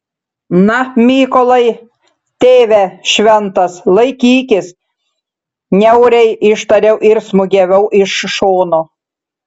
na mykolai tėve šventas laikykis niauriai ištariau ir smūgiavau iš šono